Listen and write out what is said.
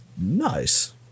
Nice